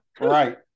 Right